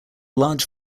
large